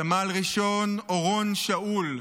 סמל ראשון אורון שאול,